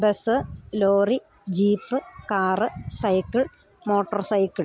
bus lorry jeep car cycle motorcycle